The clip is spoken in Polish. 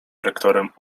rektorem